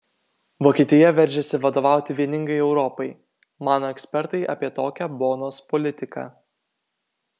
vokietija veržiasi vadovauti vieningai europai mano ekspertai apie tokią bonos politiką